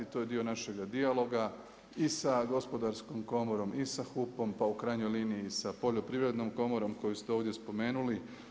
To je dio našega dijaloga i sa Gospodarskom komorom i sa HUP-om pa u krajnjoj liniji i sa Poljoprivrednom komorom koju ste ovdje spomenuli.